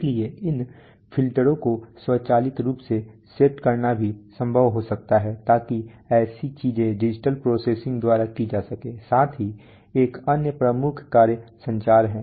इसलिए इन फिल्टरों को स्वचालित रूप से सेट करना भी संभव हो सकता है ताकि ऐसी चीजें डिजिटल प्रोसेसिंग द्वारा की जा सकें साथ ही एक अन्य प्रमुख कार्य संचार है